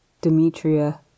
Demetria